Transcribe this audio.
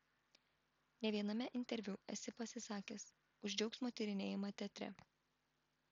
ne viename interviu esi pasisakęs už džiaugsmo tyrinėjimą teatre